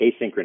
Asynchronous